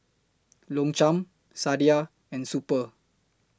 Longchamp Sadia and Super